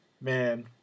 man